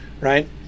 right